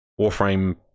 Warframe